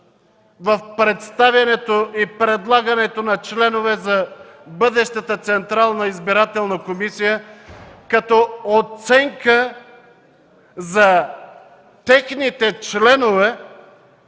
в представянето и предлагането на членове за бъдещата Централна избирателна комисия като оценка за техните членове